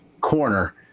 corner